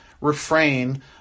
refrain